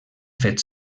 fet